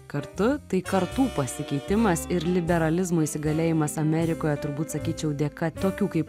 kartu tai kartų pasikeitimas ir liberalizmo įsigalėjimas amerikoje turbūt sakyčiau dėka tokių kaip